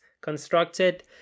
constructed